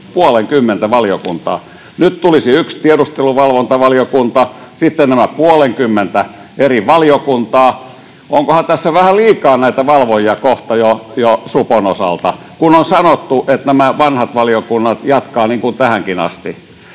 puolenkymmentä valiokuntaa. Nyt tulisi yksi tiedusteluvalvontavaliokunta, sitten ovat nämä puolenkymmentä eri valiokuntaa. Onkohan tässä jo kohta vähän liikaa näitä valvojia Supon osalta, kun on sanottu, että nämä vanhat valiokunnat jatkavat niin kuin tähänkin asti?